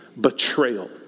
betrayal